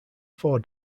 four